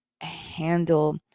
handle